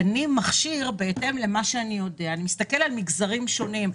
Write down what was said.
כשאני מסתכל על המגזרים שונים,